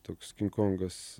toks kongas